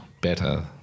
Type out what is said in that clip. better